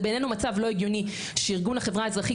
זה בעינינו מצב לא הגיוני שארגון החברה האזרחית